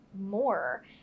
more